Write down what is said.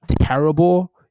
terrible